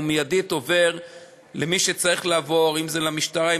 הוא מיידית עובר למי שצריך לעבור: אם זה למשטרה,